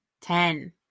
ten